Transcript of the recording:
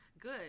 Good